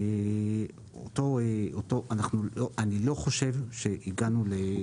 אני לא חושש מאותה